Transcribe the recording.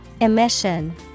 Emission